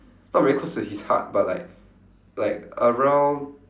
not very close to his heart but like like around